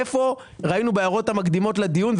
איפה ראינו בהערות המקדימות לדיון,